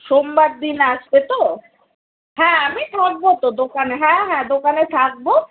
সোমবার দিন আসবে তো হ্যাঁ আমি থাকব তো দোকানে হ্যাঁ হ্যাঁ দোকানে থাকব